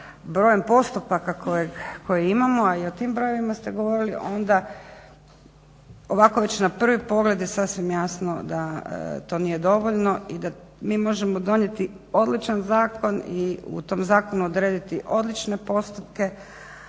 brojem postupaka koje imamo, a i o tim brojevima ste govorili, onda ovako već na prvi pogled je sasvim jasno da to nije dovoljno i da mi možemo donijeti odličan zakon i u tom zakonu odrediti odlične postupke